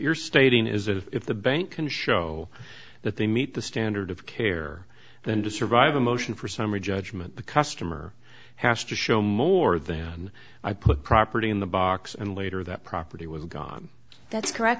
you're stating is that if the bank can show that they meet the standard of care then to survive a motion for summary judgment the customer has to show more than i put property in the box and later that property was gone that's correct